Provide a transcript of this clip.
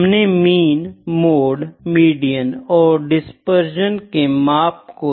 हमने mean mode median और dispersion के माप को जाना था